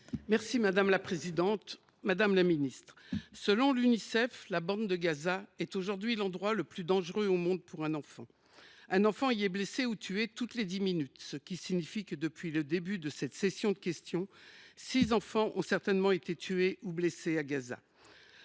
des affaires étrangères. Madame la ministre, selon l’Unicef, la bande de Gaza est aujourd’hui l’endroit le plus dangereux au monde pour un enfant. Un enfant y est blessé ou tué toutes les dix minutes, ce qui signifie que, depuis le début de cette séance de questions, six enfants ont certainement été tués ou blessés à Gaza.